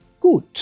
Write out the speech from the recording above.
Gut